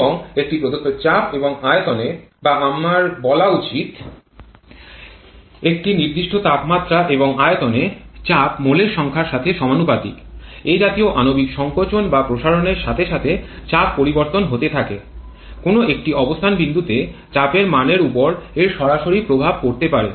এবং একটি প্রদত্ত চাপ এবং আয়তনে বা আমার বলা উচিত একটি নির্দিষ্ট তাপমাত্রা এবং আয়তনে চাপ মোলের সংখ্যার সাথে সমানুপাতিক এ জাতীয় আণবিক সংকোচন বা প্রসারণের সাথে সাথে চাপ পরিবর্তন হতে থাকে কোন একটি অবস্থান বিন্দুতে চাপের মানের উপর এর সরাসরি প্রভাব পরতে পারে